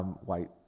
white